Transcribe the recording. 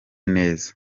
neza